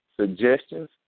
suggestions